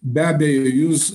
be abejo jūs